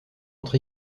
entre